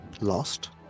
Lost